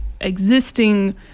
existing